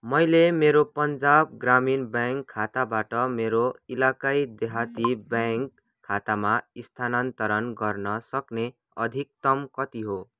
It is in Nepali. मैले मेरो पन्जाब ग्रामीण ब्याङ्क खाताबाट मेरो इलाकाई देहाती ब्याङ्क खातामा स्थानान्तरण गर्न सक्ने अधिकतम कति हो